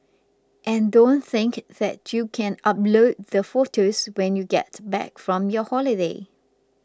and don't think that you can upload the photos when you get back from your holiday